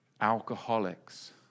Alcoholics